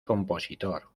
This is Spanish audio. compositor